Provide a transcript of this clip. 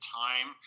time